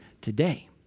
today